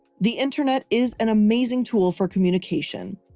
the internet is an amazing tool for communication.